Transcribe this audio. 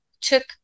took